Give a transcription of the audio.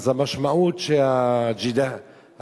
אז המשמעות שהג'יהאד,